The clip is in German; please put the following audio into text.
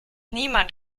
niemand